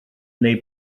neu